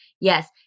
Yes